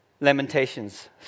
Lamentations